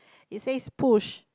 he says push